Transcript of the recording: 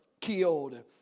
killed